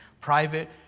private